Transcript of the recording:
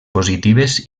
positives